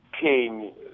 King